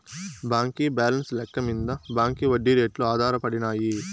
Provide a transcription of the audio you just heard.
బాంకీ బాలెన్స్ లెక్క మింద బాంకీ ఒడ్డీ రేట్లు ఆధారపడినాయి